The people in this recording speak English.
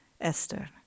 Esther